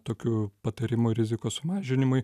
tokiu patarimu rizikos sumažinimui